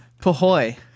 Pahoy